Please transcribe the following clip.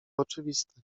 oczywiste